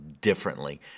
Differently